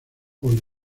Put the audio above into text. por